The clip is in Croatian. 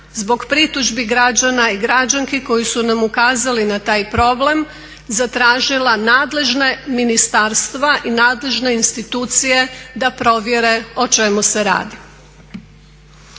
zbog pritužbi građana i građanki koji su nam ukazali na taj problem, zatražila nadležna ministarstva i nadležne institucije da provjere o čemu se radi.